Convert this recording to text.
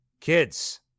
Kids